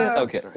ah okay. sorry.